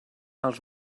als